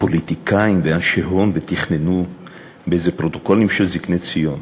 פוליטיקאים ואנשי הון ותכננו באיזה פרוטוקולים של זקני ציון.